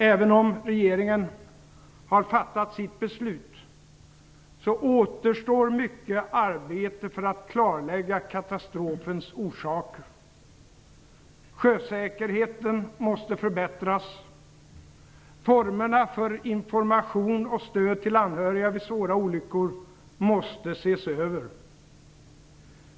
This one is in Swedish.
Även om regeringen har fattat sitt beslut, återstår mycket arbete för att klarlägga katastrofens orsaker. Sjösäkerheten måste förbättras, formerna för information och stöd till anhöriga vid svåra olyckor måste ses över.